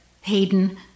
Hayden